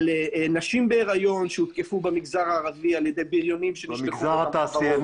על נשים בהריון במגזר הערבי בידי בריונים שנשלחו על ידי החברות.